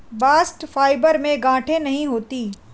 bast fibre में गांठे नहीं होती है